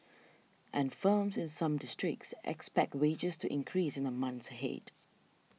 and firms in some districts expect wages to increase in the months ahead